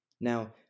Now